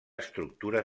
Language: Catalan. estructura